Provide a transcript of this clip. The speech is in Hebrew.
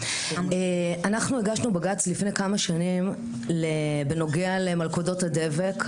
אנחנו הגשנו בג"ץ לפני כמה שנים בנוגע למלכודות הדבק.